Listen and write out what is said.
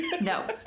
No